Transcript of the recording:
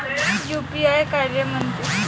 UPI कायले म्हनते?